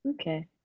Okay